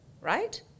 right